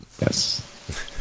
yes